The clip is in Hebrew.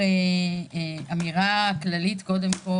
אמירה כללית קודם כל